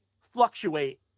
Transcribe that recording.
fluctuate